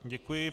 Děkuji.